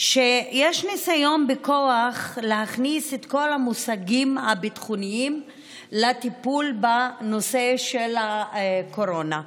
ניסיון בכוח להכניס את כל המושגים הביטחוניים לטיפול בנושא של הקורונה.